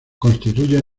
constituyen